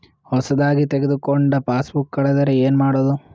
ಹೊಸದಾಗಿ ತೆಗೆದುಕೊಂಡ ಪಾಸ್ಬುಕ್ ಕಳೆದರೆ ಏನು ಮಾಡೋದು?